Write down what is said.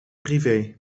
privé